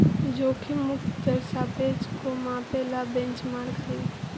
जोखिम मुक्त दर सापेक्ष को मापे ला बेंचमार्क हई